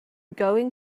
going